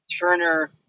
Turner